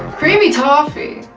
creamy toffee.